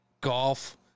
golf